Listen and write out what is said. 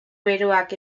beroak